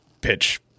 pitch